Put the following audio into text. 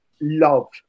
love